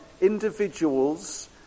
individuals